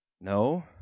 No